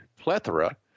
plethora